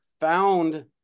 found